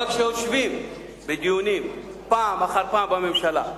אבל כשיושבים בדיונים פעם אחר פעם בממשלה,